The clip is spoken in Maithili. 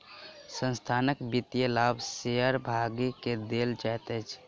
संस्थानक वित्तीय लाभ शेयर भागी के देल जाइत अछि